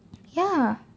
ya